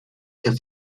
que